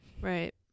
Right